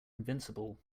invincible